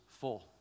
full